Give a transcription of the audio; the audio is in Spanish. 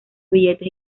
billetes